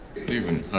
steven.